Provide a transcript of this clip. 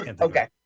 Okay